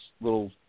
little